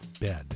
bed